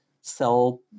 sell